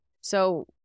So-